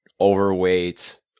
overweight